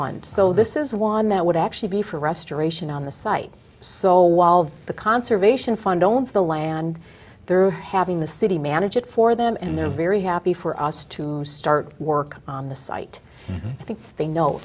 one so this is one that would actually be for restoration on the site so while the conservation fund owns the land they're having the city manage it for them and they're very happy for us to start work on the site i think they know